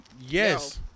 Yes